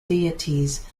deities